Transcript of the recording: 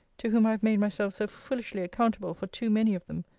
to whom i have made myself so foolishly accountable for too many of them.